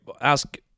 ask